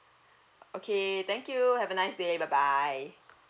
okay thank you have a nice day bye bye